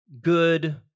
Good